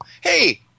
hey